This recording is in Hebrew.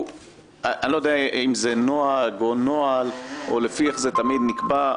אני לא יודע אם זה נוהג או נוהל או לפי מה זה תמיד נקבע,